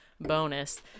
bonus